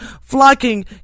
flocking